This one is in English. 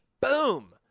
Boom